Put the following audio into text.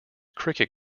cricket